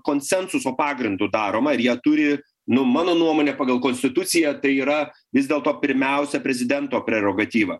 konsensuso pagrindu daroma ir jie turi nu mano nuomone pagal konstituciją tai yra vis dėlto pirmiausia prezidento prerogatyva